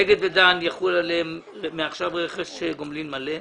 אגד ודן, יחול עליהם מעכשיו רכש גומלין מלא.